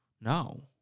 No